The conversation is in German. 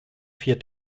vier